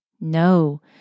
No